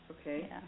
Okay